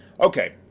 okay